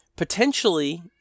Potentially